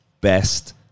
best